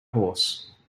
horse